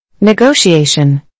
Negotiation